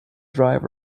drive